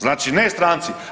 Znači, ne stranci.